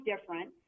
different